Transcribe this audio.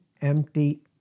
empty